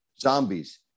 zombies